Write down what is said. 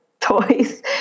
toys